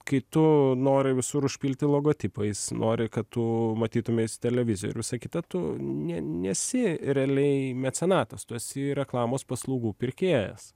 kai tu nori visur užpilti logotipais nori kad tu matytumeis televizijoj ir visa kita tu ne nesi realiai mecenatas tu esi reklamos paslaugų pirkėjas